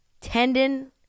tendon –